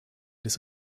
des